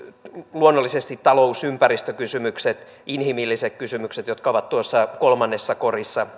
luonnollisesti talous ja ympäristökysymykset ja inhimilliset kysymykset ihmisoikeuskysymykset jotka ovat tuossa kolmannessa korissa